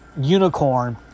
unicorn